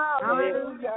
hallelujah